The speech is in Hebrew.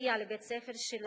להגיע לבית-הספר שלה,